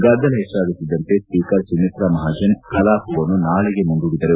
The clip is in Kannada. ಗದ್ದಲ ಹೆಚ್ಚಾಗುತ್ತಿದ್ದಂತೆ ಸ್ವೀಕರ್ ಸುಮಿತ್ರಾ ಮಹಾಜನ್ ಕಲಾಪವನ್ನು ನಾಳೆಗೆ ಮುಂದೂಡಿದರು